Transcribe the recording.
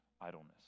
idleness